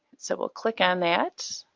so we'll click on that,